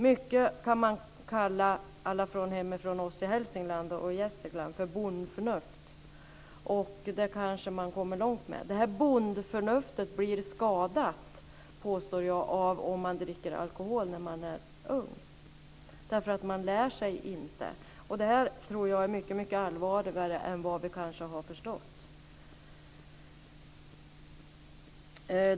Mycket kan vi - i alla fall vi i Hälsingland och Gästrikland - kalla för bondförnuft, och det kommer man kanske långt med. Detta bondförnuft blir skadat, påstår jag, om man dricker alkohol när man är ung, därför att man då inte lär sig. Detta, tror jag, är mycket allvarligare än vad vi kanske har förstått.